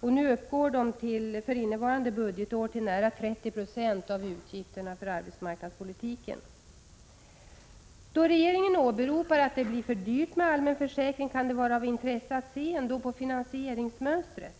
För innevarande budgetår uppgår de till nära 30 26 av utgifterna för arbetsmarknadspolitiken. Då regeringen åberopar att det blir för dyrt med allmän försäkring kan det vara av intresse att se på finansieringsmönstret.